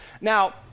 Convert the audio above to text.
Now